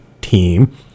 team